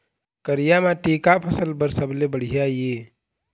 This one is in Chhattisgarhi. करिया माटी का फसल बर सबले बढ़िया ये?